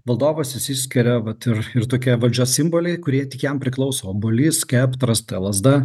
valdovas išsiskiria vat ir ir tokie valdžios simboliai kurie tik jam priklauso obuolys skeptras ta lazda